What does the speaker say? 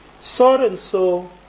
so-and-so